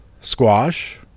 squash